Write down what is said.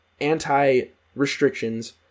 anti-restrictions